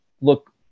look